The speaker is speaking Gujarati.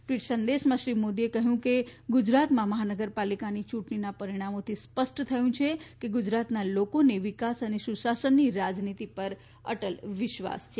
ટવીટ સંદેશમાં શ્રી મોદીએ કહ્યું કે ગુજરાતમાં મહાનગરપાલિકા ચુંટણીના પરીણામોની સ્પષ્ટ થયું છે કે ગુજરાતના લોકોને વિકાસ અને સુશાસનની રાજનીતી પર અટલ વિશ્વાસ છે